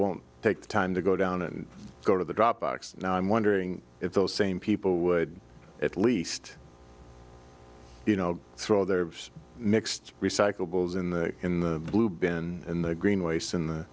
won't take the time to go down and go to the dropbox and i'm wondering if those same people would at least you know throw their mixed recyclables in the in the blue bin in the green waste in the